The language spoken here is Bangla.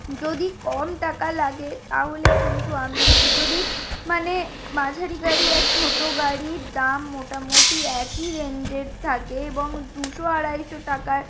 যদি কম টাকা লাগে তাহলে কিন্ত আমি যদি মানে মাঝারি গাড়ি আর ছোট গাড়ির দাম মোটামুটি একই রেঞ্জের থাকে এবং দুশো আড়াইশো টাকার